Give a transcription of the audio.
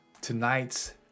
tonight's